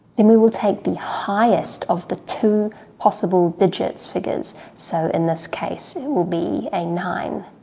and we will take the highest of the two possible digits figures, so in this case it will be a nine.